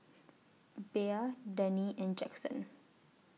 Bea Dani and Jaxon